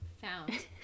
found